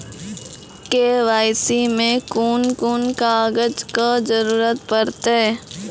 KYC मे कून कून कागजक जरूरत परतै?